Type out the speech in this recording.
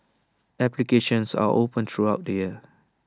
applications are open throughout the year